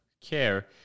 care